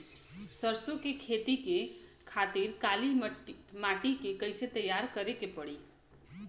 सरसो के खेती के खातिर काली माटी के कैसे तैयार करे के पड़ी?